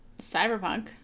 cyberpunk